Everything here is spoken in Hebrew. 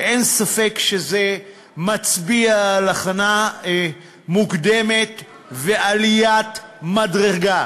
ואין ספק שזה מצביע על הכנה מוקדמת ועליית מדרגה.